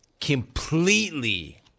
Completely